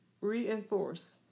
reinforce